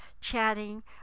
chatting